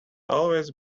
always